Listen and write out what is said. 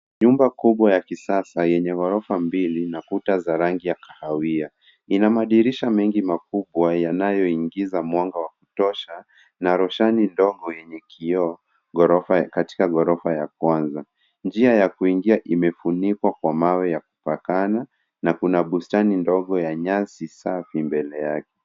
Nyumba kubwa ya kisasa yenye ghorofa mbili na kuta za rangi ya kahawia ina madirisha mengi makubwa yanaingiza mwanga wa kutosha na roshani ndogo yenye kioo katika ghorofa ya kwanza. Njia ya kuingia imefunikwa kwa mawe ya kupakana na kuna bustani ndogo ya nyasi safi mbele yake.